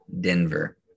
Denver